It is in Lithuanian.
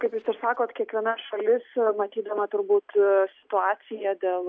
kaip jūs ir sakot kiekviena šalis matydama turbūt situaciją dėl